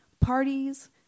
Parties